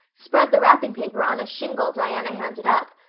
spread the wrapping paper on a shingle diana handed up,